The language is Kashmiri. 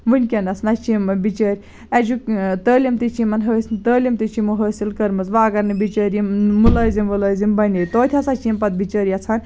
وٕنکیٚنَس نہَ چھِ یِم بِچٲرۍ ایٚجُ تعلیٖم تہِ چھِ یِمَن حٲص تعلیٖم تہِ چھِ یِمَو حٲصل کٔرمٕژ وۄنۍ اگر نہٕ بِچٲرۍ یِم مُلٲزِم وُلٲزِم بَنے توتہِ ہَسا چھِ یِم پَتہٕ بِچٲرۍ یَژھان